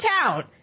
town